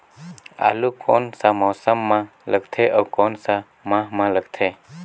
आलू कोन सा मौसम मां लगथे अउ कोन सा माह मां लगथे?